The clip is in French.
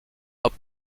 hop